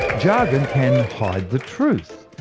jargon can hide the truth.